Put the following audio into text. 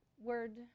word